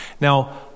Now